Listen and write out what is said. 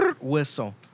whistle